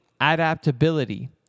adaptability